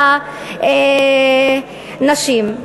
לנשים.